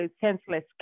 senseless